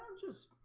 just